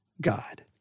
God